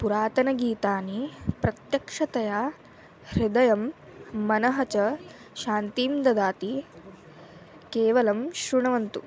पुरातनगीतानि प्रत्यक्षतया हृदयं मनः च शान्तीं ददाति केवलं शृण्वन्तु